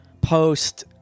post